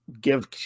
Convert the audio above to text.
give